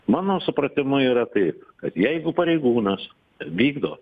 mano supratimu yra taip kad jeigu pareigūnas vykdo